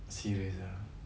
serious ah